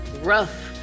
rough